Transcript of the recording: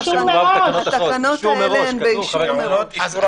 התקנות האלה הן באישור מראש.